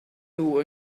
nhw